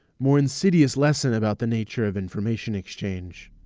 more insidious lesson about the nature of information exchange.